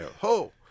Ho